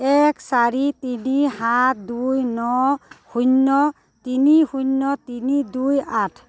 এক চাৰি তিনি সাত দুই ন শূন্য তিনি শূন্য তিনি দুই আঠ